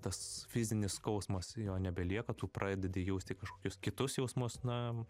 tas fizinis skausmas jo nebelieka tu pradedi jausti kažkokius kitus jausmus na